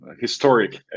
historic